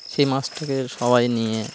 সেই মাছটাকে সবাই নিয়ে